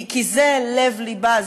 כי זה לב-לבה,